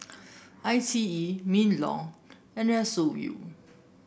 I T E Minlaw and S O U